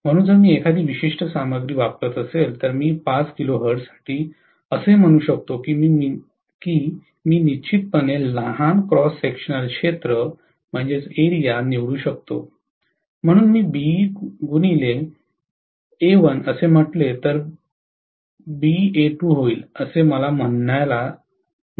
म्हणून जर मी एखादी विशिष्ट सामग्री वापरत असेल तर मी 5 kHz साठी असे म्हणू शकतो की मी निश्चितपणे लहान क्रॉस सेक्शनल क्षेत्र निवडू शकतो म्हणून मी BxA1 असे म्हटले तर हे BxA2 होईल असे मला म्हणायला सक्षम असावे